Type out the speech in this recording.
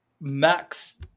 Max